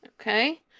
Okay